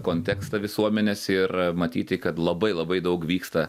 kontekstą visuomenės ir matyti kad labai labai daug vyksta